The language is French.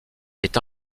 est